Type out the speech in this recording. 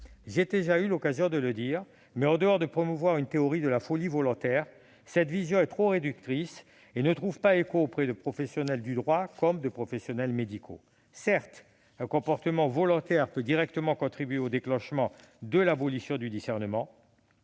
commettre l'infraction ». Je le redis : sauf à promouvoir une théorie de la folie volontaire, cette vision est trop réductrice et ne trouve pas écho auprès des professionnels du droit et de la médecine ! Certes, un comportement volontaire peut directement contribuer au déclenchement de l'abolition du discernement,